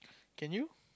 can you